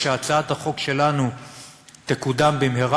והצעת החוק שלנו תקודם במהרה,